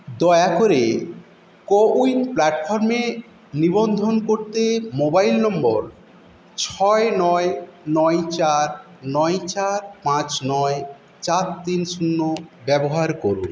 দয়া করে CoWIN প্ল্যাটফর্মে নিবন্ধন করতে মোবাইল নম্বর ছয় নয় নয় চার নয় চার পাঁচ নয় চার তিন শূন্য ব্যবহার করুন